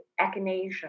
echinacea